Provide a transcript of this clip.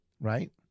Right